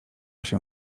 się